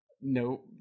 no